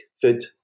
food